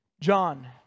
John